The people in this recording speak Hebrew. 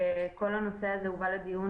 וכל הנושא הזה הובא לדיון,